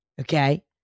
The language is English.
okay